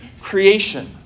creation